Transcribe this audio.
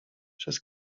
przez